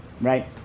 right